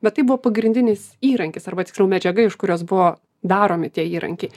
bet tai buvo pagrindinis įrankis arba tiksliau medžiaga iš kurios buvo daromi tie įrankiai